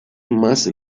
más